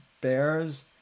bears